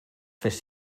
fes